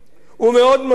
מאוד מסכים.